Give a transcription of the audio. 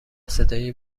صدای